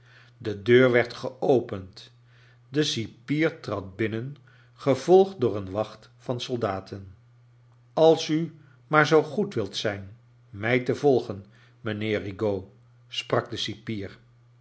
de deur werd geopend de cipier trad binnen gevolgd door een wacht van soidaten als u maar zoo goed wilt zijn mij te volgen mijnheer rigaud sprak de cipier